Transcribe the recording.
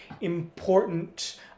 important